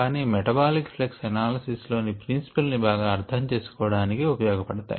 కానీ metabolic flux analysis లోని principles ని బాగా అర్ధం చేసుకోవడానికి ఉపయోగపడతాయి